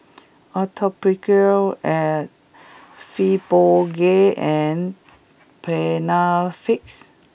Atopiclair Fibogel and Panaflex